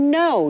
no